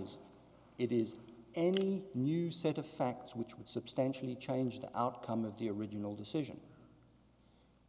is it is any new set of facts which would substantially change the outcome of the original decision